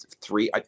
three